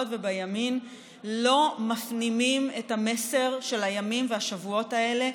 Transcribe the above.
ובימין לא מפנימים את המסר של הימים והשבועות האלה,